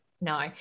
no